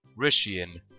Rishian